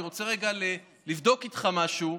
אני רוצה רגע לבדוק איתך משהו: